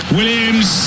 Williams